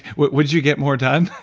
would you get more done?